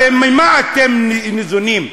הרי ממה אתם ניזונים?